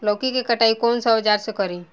लौकी के कटाई कौन सा औजार से करी?